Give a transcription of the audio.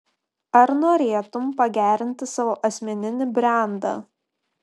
ar norėtum pagerinti savo asmeninį brendą